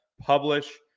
publish